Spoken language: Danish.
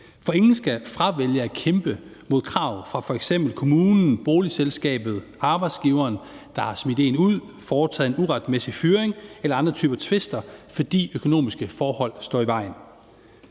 For ingen skal fravælge at kæmpe mod krav fra f.eks. kommunen, boligselskabet eller arbejdsgiveren, der har smidt en ud eller foretaget en uretmæssig fyring, eller i andre typer tvister, fordi økonomiske forhold står i vejen.